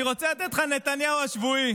אז אני רוצה לתת לך "הנתניהו השבועי".